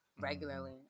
regularly